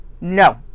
no